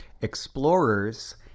Explorers